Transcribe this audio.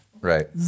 Right